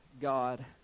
God